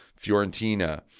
Fiorentina